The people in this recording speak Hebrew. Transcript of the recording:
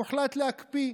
הוחלט להקפיא.